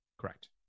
Correct